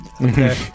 Okay